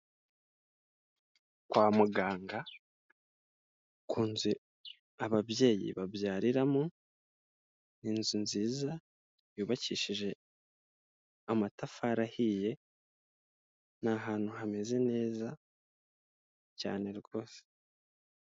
Kwa muganga ku nzu ababyeyi babyariramo, inzu nziza yubakishije amatafari ahiye, ni ahantu hameze neza cyane rwose.